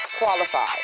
qualified